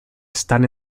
están